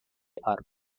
are